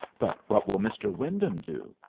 but what will mr. wyndham do?